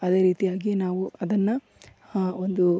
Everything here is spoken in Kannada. ಅದೇ ರೀತಿಯಾಗಿ ನಾವು ಅದನ್ನ ಆ ಒಂದು